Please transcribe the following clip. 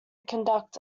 conduct